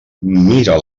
mira